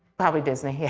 probably disney.